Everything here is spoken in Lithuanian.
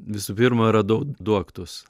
visų pirma radau du aktus